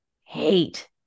hate